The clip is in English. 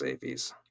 safes